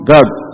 God